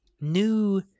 new